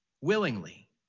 willingly